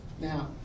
Now